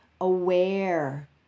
aware